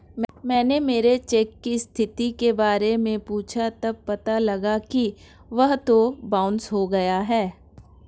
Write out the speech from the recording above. मैंने मेरे चेक की स्थिति के बारे में पूछा तब पता लगा कि वह तो बाउंस हो गया है